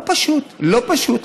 לא פשוט, לא פשוט.